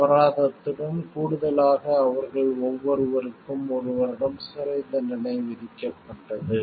அபராதத்துடன் கூடுதலாக அவர்கள் ஒவ்வொருவருக்கும் ஒரு வருடம் சிறைத்தண்டனை விதிக்கப்பட்டது